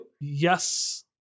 Yes